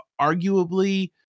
arguably